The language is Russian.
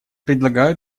предлагаю